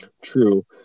True